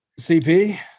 CP